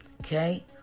Okay